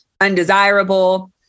undesirable